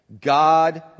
God